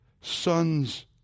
sons